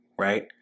right